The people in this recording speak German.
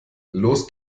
los